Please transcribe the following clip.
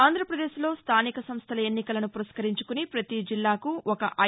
ఆంధ్రప్రదేశ్ లో స్థానిక సంస్థల ఎన్నికలను పురస్కరించుకుని పతి జిల్లాకు ఒక ఐ